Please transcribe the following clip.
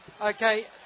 Okay